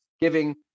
giving